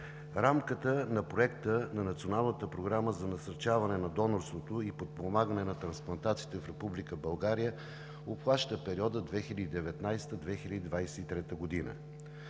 рамката на Проекта на Националната програма за насърчаване на донорството и подпомагане на трансплантациите в Република България обхваща периода 2019 – 2023 г.